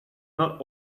not